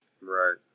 Right